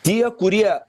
tie kurie